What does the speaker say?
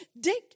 dig